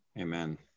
amen